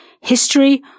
history